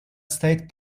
state